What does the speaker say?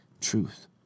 truth